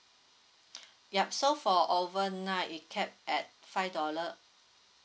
yup so for overnight it capped at five dollar